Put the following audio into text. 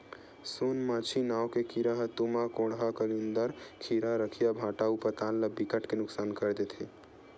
सोन मांछी नांव के कीरा ह तुमा, कोहड़ा, कलिंदर, खीरा, रखिया, भांटा अउ पताल ल बिकट के नुकसान कर देथे